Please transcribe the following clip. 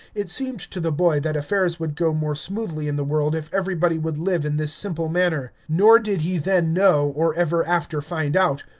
it seemed to the boy that affairs would go more smoothly in the world if everybody would live in this simple manner. nor did he then know, or ever after find out,